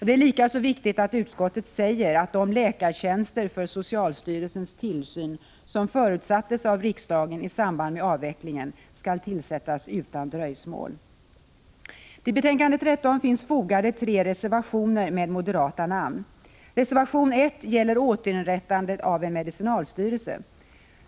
Det är likaså viktigt, som utskottet säger, att de läkartjänster för socialstyrelsens tillsyn som förutsattes enligt riksdagsbeslutet i samband med avvecklingen tillsätts utan dröjsmål. Till betänkande 13 finns fogade tre reservationer med moderata namn. Reservation 1 gäller återinrättande av en medicinalstyrelse.